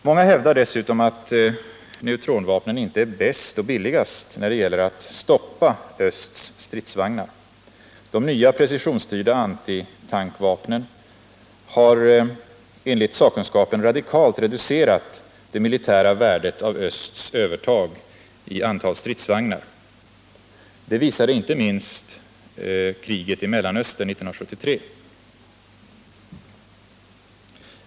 Många hävdar dessutom att neutronvapnen inte är bäst och billigast när det gäller att stoppa östs stridsvagnar. De nya precisionsstyrda antitankvapnen har enligt sakkunskapen radikalt reducerat det militära värdet av östs övertag i antal stridsvagnar. Det visade inte minst kriget i Mellanöstern 1973.